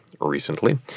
recently